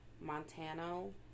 Montano